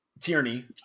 Tierney